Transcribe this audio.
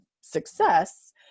success